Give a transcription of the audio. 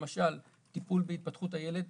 למשל טיפול בהתפתחות הילד,